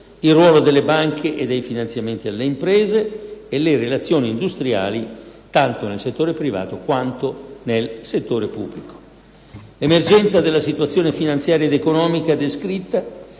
il ruolo delle banche e dei finanziamenti alle imprese; le relazioni industriali, tanto nel settore privato quanto nel settore pubblico. L'emergenza della situazione finanziaria ed economica descritta